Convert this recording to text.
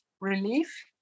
relief